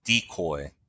decoy